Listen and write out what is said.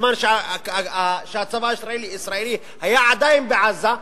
בזמן שהצבא הישראלי היה עדיין בעזה,